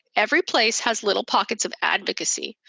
every place has little pockets of advocacy.